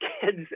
kids